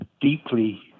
deeply